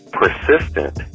persistent